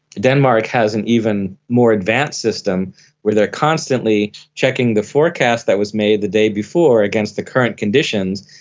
denmark has an even more advanced system where they are constantly checking the forecast that was made the day before against the current conditions,